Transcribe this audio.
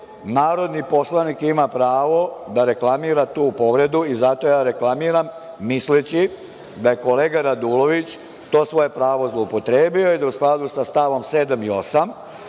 narodni poslanik ima pravo da reklamira tu povredu i zato ja reklamiram misleći da kolega Radulović to svoje pravo zloupotrebio i da je u skladu sa stavom 7. i 8.